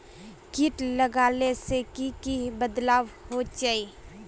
किट लगाले से की की बदलाव होचए?